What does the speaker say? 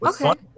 Okay